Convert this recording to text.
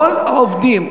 כל העובדים,